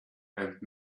and